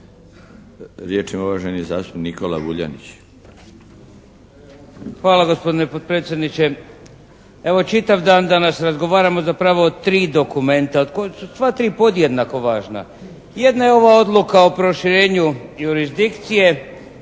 **Vuljanić, Nikola (HNS)** Hvala vam gospodine potpredsjedniče. Evo čitav dan danas razgovaramo zapravo o tri dokumenta od kojih su sva tri podjednako važna. Jedna je ova odluka o proširenju jurisdikcije,